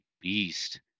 beast